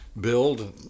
Build